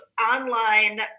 online